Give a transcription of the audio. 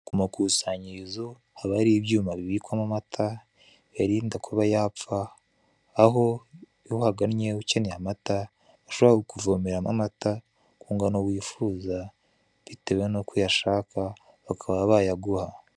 Kumakusanyirizo haba haribyuma bibikwamo amata biyarinda kuba yapfa aho iyo uhagannye ukeneye amata bashobora kukuvomeramo amata kungano wifuza bitewe nuko uyashaka bakaba bayaguha.